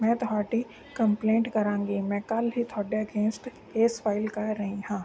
ਮੈਂ ਤੁਹਾਡੀ ਕੰਪਲੇਂਟ ਕਰਾਂਗੀ ਮੈਂ ਕੱਲ੍ਹ ਹੀ ਤੁਹਾਡੇ ਅਗੇਂਸਟ ਕੇਸ ਫਾਈਲ ਕਰ ਰਹੀ ਹਾਂ